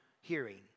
hearing